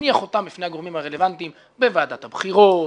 תניח אותם בפני הגורמים הרלוונטיים בוועדת הבחירות,